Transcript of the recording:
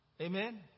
Amen